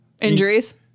Injuries